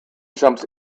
jumps